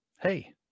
hey